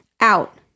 out